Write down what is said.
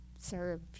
serve